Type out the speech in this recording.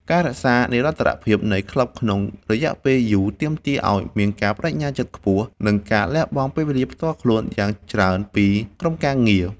ការរក្សានិរន្តរភាពនៃក្លឹបក្នុងរយៈពេលយូរ ទាមទារឱ្យមានការប្ដេជ្ញាចិត្តខ្ពស់ និងការលះបង់ពេលវេលាផ្ទាល់ខ្លួនយ៉ាងច្រើនពីក្រុមការងារ។